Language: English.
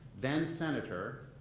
then senator,